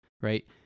Right